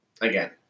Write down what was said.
again